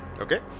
Okay